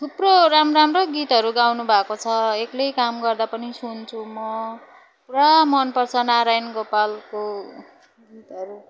थुप्रो राम्रो राम्रो गीतहरू गाउनुभएको छ एक्लै काम गर्दा पनि सुन्छु म पुरा मनपर्छ नारायण गोपालको गीतहरू